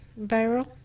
viral